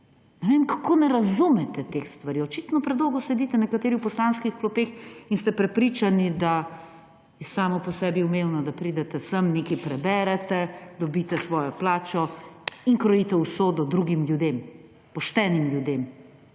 Ne vem, kako ne razumete teh stvari. Očitno predolgo sedite nekateri v poslanskih klopeh in ste prepričani, da je samo po sebi umevno, da pridete sem, nekaj preberete, dobite svojo plačo in krojite usodo drugim ljudem; poštenim ljudem,